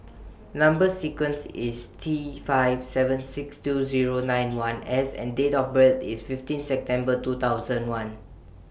Number sequence IS T five seven six two Zero nine one S and Date of birth IS fifteenth September two thousand and one